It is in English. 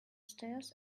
stairs